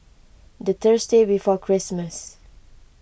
the Thursday before Christmas